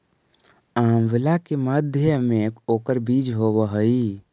आंवला के मध्य में ओकर बीज होवअ हई